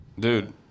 Dude